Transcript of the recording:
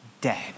dead